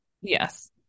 Yes